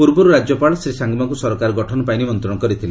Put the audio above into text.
ପୂର୍ବରୁ ରାଜ୍ୟପାଳ ଶ୍ରୀ ସାଙ୍ଗ୍ମାଙ୍କୁ ସରକାର ଗଠନପାଇଁ ନିମନ୍ତ୍ରଣ କରିଥିଲେ